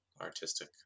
artistic